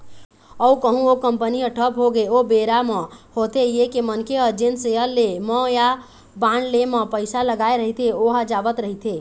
अउ कहूँ ओ कंपनी ह ठप होगे ओ बेरा म होथे ये के मनखे ह जेन सेयर ले म या बांड ले म पइसा लगाय रहिथे ओहा जावत रहिथे